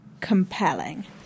compelling